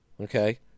Okay